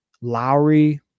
Lowry